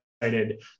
excited